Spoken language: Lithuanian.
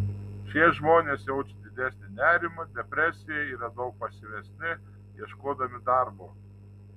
šie žmonės jaučia didesnį nerimą depresiją yra daug pasyvesni ieškodami darbo